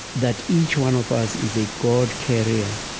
that each one of us is a god-carrier.